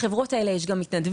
בחברות האלה יש גם מתנדבים,